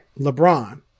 LeBron